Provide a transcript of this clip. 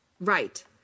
Right